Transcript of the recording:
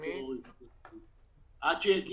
תסביר לנו איך במצב הזה אתם מתכננים עוד להכניס